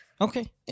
okay